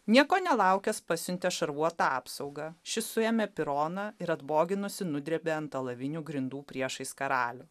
nieko nelaukęs pasiuntė šarvuotą apsaugą ši suėmė pironą ir atboginusi nudrėbė ant alavinių grindų priešais karalių